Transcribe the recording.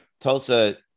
Tulsa